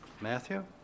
Matthew